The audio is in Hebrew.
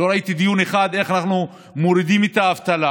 לא ראיתי דיון אחד על איך אנחנו מורידים את האבטלה,